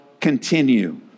continue